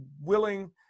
willing